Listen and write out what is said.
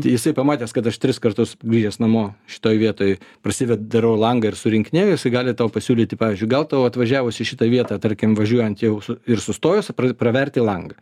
jisai pamatęs kad aš tris kartus grįžęs namo šitoj vietoj prasive darau langą ir surinkinėju jisai gali tau pasiūlyti pavyzdžiui gal tau atvažiavus į šitą vietą tarkim važiuojant jau su ir sustojus pra praverti langą